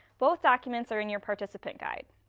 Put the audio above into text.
both documents are in your participant guide.